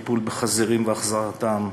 טיפול בחזירים והחזקתם,